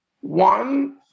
one